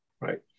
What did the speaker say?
right